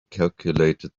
calculated